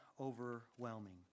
overwhelming